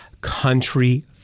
country